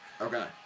Okay